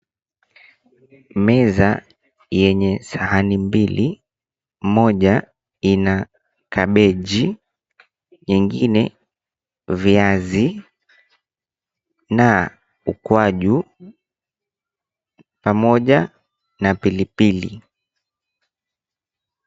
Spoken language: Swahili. Meza yenye sahani mbili moja ina kabeji, nyingine viazi na ukwaju pamoja na pilipili.